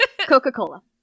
Coca-Cola